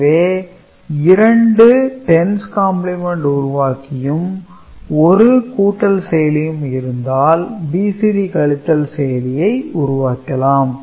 எனவே இரண்டு 10's complement உருவாக்கியும் ஒரு BCD கூட்டல் செயலியும் இருந்தால் BCD கழித்தல் செயலியை உருவாக்கலாம்